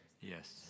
Yes